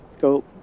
go